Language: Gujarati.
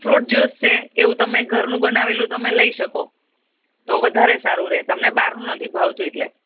ફ્રૂટ જ્યુસ છે એવું તમે ઘરનું બનાવેલું તમે લઈ શકો તો વધારે સારું રહે તમને બહારનું નથી ભાવતું એટલે